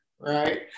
Right